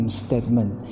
statement